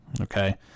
okay